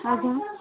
ଆଜ୍ଞା